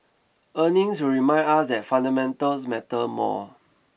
earnings will remind us that fundamentals matter more